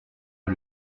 est